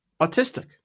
autistic